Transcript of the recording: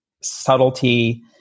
subtlety